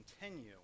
continue